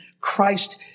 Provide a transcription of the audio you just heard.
Christ